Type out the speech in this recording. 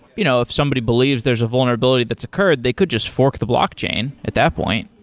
you know if somebody believes there's a vulnerability that's occurred, they could just fork the blockchain at that point.